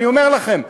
אני אומר לכם,